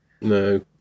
No